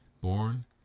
Born